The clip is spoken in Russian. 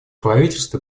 правительство